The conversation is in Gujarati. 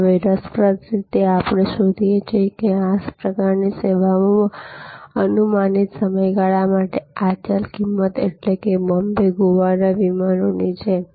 હવે રસપ્રદ રીતે આપણે શોધીએ છીએ કે આ પ્રકારની સેવાઓમાં અનુમાનિત સમયગાળા માટે આ ચલ કિંમતએટલે કે બોમ્બે ગોવાના વિમાનની જેમ